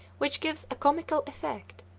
which gives a comical effect,